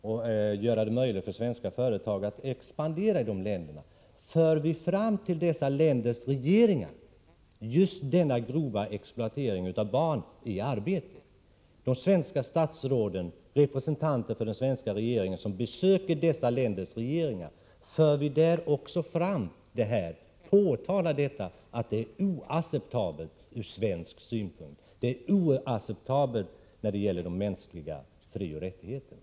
Detta gör det möjligt för svenska företag att expandera i dessa länder. För vi fram till dessa länders regeringar vår syn på den grava exploateringen av barn i arbete? För de svenska statsråden, representanter för den svenska regeringen som besöker dessa länders regeringar, också fram detta och påtalar att det är oacceptabelt ur svensk synpunkt när det gäller de mänskliga frioch rättigheterna?